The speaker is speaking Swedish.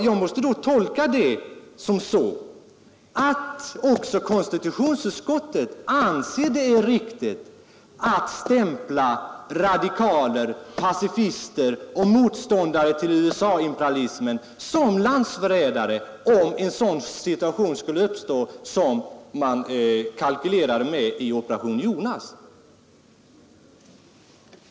Jag måste tolka det så, att också konstitutionsutskottet anser det riktigt att stämpla radikaler, pacifister och motståndare till USA-imperialismen som landsförrädare, om en sådan situation skulle uppstå som man kalkylerade med i Operation Jonas.